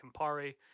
Campari